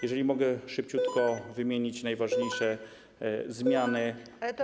Jeżeli mogę szybciutko wymienić najważniejsze zmiany w toku.